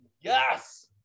Yes